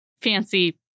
fancy